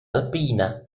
alpina